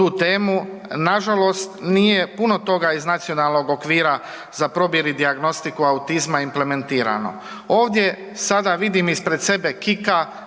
tu temu. Nažalost, nije puno toga iz Nacionalnog okvira za probir i dijagnostiku autizma implementirano. Ovdje sada vidim ispred sebe Kika,